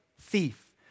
thief